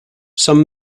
some